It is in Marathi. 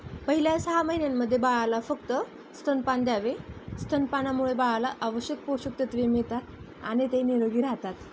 पहिल्या सहा महिन्यांमध्ये बाळाला फक्त स्तनपान द्यावे स्तनपानामुळे बाळाला आवश्यक पोषक तत्त्वे मिळतात आणि ते निरोगी राहतात